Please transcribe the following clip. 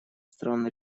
стран